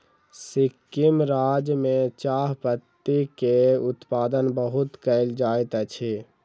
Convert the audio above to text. सिक्किम राज्य में चाह पत्ती के उत्पादन बहुत कयल जाइत अछि